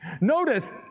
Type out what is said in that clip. Notice